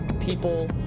people